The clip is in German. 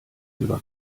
über